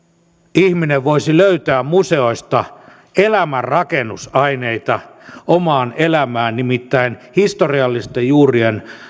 ihminen voisi löytää museoista elämän rakennusaineita omaan elämään nimittäin historiallisten juurien